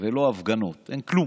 ולא הפגנות, אין כלום.